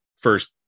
first